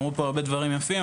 אמרו פה הרבה דברים יפים,